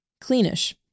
Cleanish